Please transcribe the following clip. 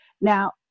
Now